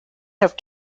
have